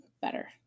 better